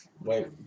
Wait